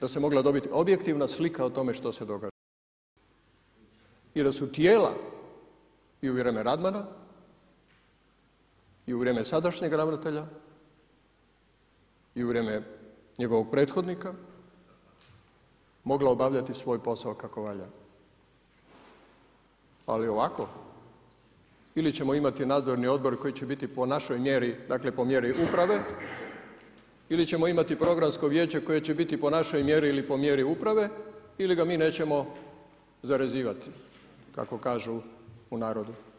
da se mogla dobiti objektivna slika o tome što se događa i da su tijela i u vrijeme Radmana i u vrijeme sadašnjeg ravnatelja i u vrijeme njegovog prethodnika mogla obavljati svoj posao kako valja, ali ovako ili ćemo imati nadzorni odbor koji će biti po našoj mjeri dakle po mjeri uprave ili ćemo imati Programsko vijeće koje će biti po našoj mjeri ili po mjeri uprave, ili ga mi neće zarezivati kako kažu u narodu.